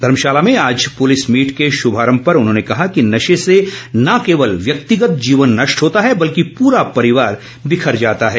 धर्मशाला में आज police meet के शुभारम्भ पर उन्होंने कहा कि नशे से न केवल व्यक्तिगत जीवन नष्ट होता है बल्कि पूरा परिवार बिखर जाता है